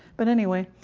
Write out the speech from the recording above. but anyway,